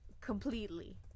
completely